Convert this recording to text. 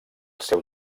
seu